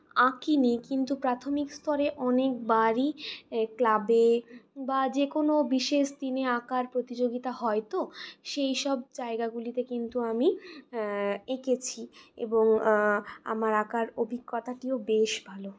আঁকিনি কিন্তু প্রাথমিক স্তরে অনেকবারই ক্লাবে বা যেকোনও বিশেষ দিনে আঁকার প্রতিযোগীতা হয় তো সেইসব জায়গাগুলিতে কিন্তু আমি এঁকেছি এবং আমার আঁকার অভিজ্ঞতাটিও বেশ ভালো